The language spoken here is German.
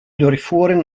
durchfuhren